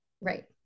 Right